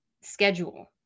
schedule